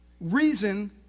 reason